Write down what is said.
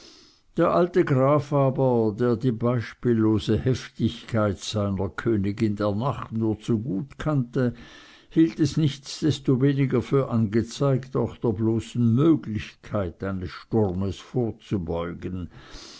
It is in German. der alte graf aber der die beispiellose heftigkeit seiner königin der nacht nur zu gut kannte hielt es nichtsdestoweniger für angezeigt auch der bloßen möglichkeit eines sturmes vorzubeugen